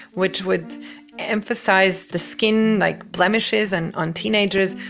which would emphasize the skin like blemishes and on teenagers,